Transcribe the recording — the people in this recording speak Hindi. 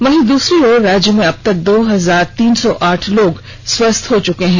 वहीं दूसरी ओर राज्य में अब तक दो हजार तीन सौ आठ लोग स्वस्थ हो चुके हैं